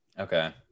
okay